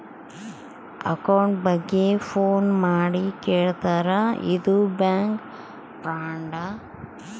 account ಬಗ್ಗೆ phone ಮಾಡಿ ಕೇಳ್ತಾರಾ ಇದು ಬ್ಯಾಂಕ್ ಫ್ರಾಡ್